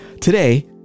Today